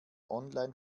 online